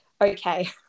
okay